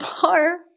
far